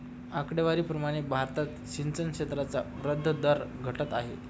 आकडेवारी प्रमाणे भारतात सिंचन क्षेत्राचा वृद्धी दर घटत आहे